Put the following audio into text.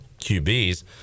QBs